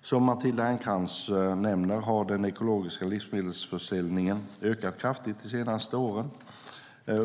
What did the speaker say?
Som Matilda Ernkrans nämner har den ekologiska livsmedelsförsäljningen ökat kraftigt under de senaste åren.